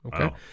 Okay